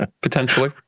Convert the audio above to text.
potentially